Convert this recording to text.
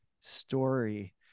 story